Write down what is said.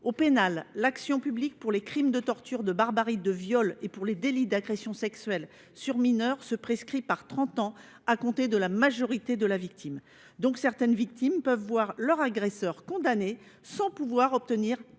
Au pénal, l’action publique pour les crimes de torture, de barbarie et de viol, et pour les délits d’agression sexuelle sur mineur se prescrit par trente ans, à compter de la majorité des victimes. Certaines d’entre elles peuvent donc voir leur agresseur condamné sans obtenir réparation